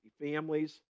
families